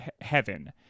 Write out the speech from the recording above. heaven